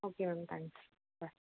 okay ma'am thank you bye